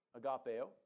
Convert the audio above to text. agapeo